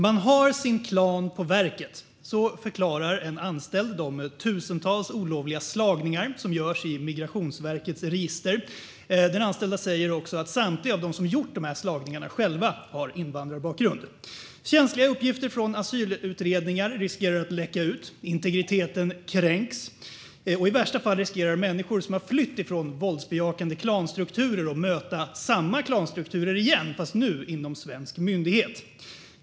Herr talman! Man har sin klan på verket. Så förklarar en anställd de tusentals olovliga slagningar som görs i Migrationsverkets register. Den anställda säger också att samtliga av dem som gjort dessa slagningar själva har invandrarbakgrund. Känsliga uppgifter från asylutredningar riskerar att läcka ut, och integriteten kränks. I värsta fall riskerar människor som flytt från våldsbejakande klanstrukturer att möta klanstrukturer igen fast nu inom svensk myndighet.